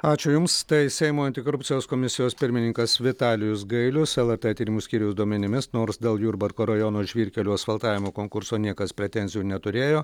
ačiū jums tai seimo antikorupcijos komisijos pirmininkas vitalijus gailius lrt tyrimų skyriaus duomenimis nors dėl jurbarko rajono žvyrkelių asfaltavimo konkurso niekas pretenzijų neturėjo